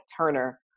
Turner